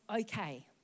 okay